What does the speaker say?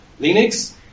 Linux